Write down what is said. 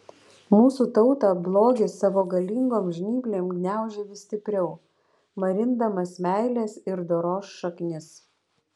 mūsų tautą blogis savo galingom žnyplėm gniaužia vis stipriau marindamas meilės ir doros šaknis